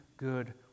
Good